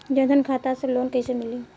जन धन खाता से लोन कैसे मिली?